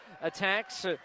attacks